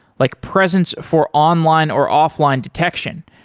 like presence for online or offline detection,